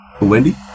Wendy